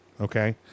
okay